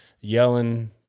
yelling